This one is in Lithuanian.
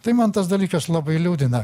tai man tas dalykas labai liūdina